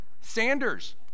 sanders